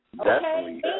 okay